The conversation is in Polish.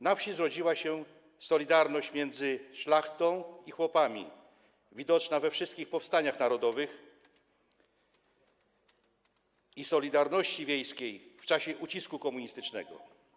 Na wsi zrodziła się solidarność między szlachtą i chłopami, widoczna we wszystkich powstaniach narodowych i w solidarności wiejskiej w czasie ucisku komunistycznego.